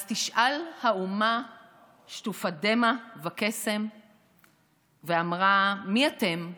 // אז תשאל האומה שטופת דמע וקסם / ואמרה: מי אתם?